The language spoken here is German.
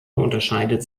unterscheidet